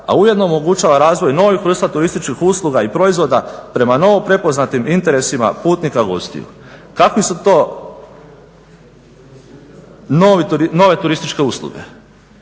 a ujedno omogućava razvoj novih vrsta turističkih usluga i proizvoda prema novo prepoznatim interesima putnika gostiju. Kakve su to nove turističke usluge?